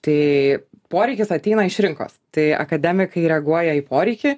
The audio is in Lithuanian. tai poreikis ateina iš rinkos tai akademikai reaguoja į poreikį